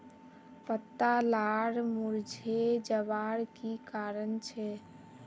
पत्ता लार मुरझे जवार की कारण छे?